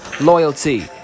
loyalty